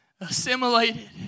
assimilated